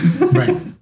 right